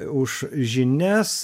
už žinias